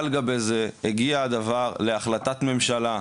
על גבי זה הגיע הדבר להחלטת ממשלה,